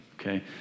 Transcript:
okay